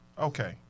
Okay